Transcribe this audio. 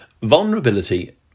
vulnerability